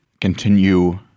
continue